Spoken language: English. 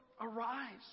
arise